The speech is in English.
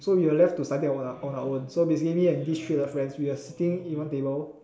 so we were to left to study on our own so basically me and this and three other friends we were sitting in one table